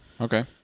Okay